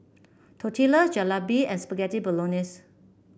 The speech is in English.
Tortillas Jalebi and Spaghetti Bolognese